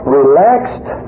relaxed